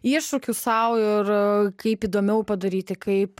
iššūkių sau ir kaip įdomiau padaryti kaip